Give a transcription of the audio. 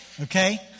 Okay